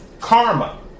karma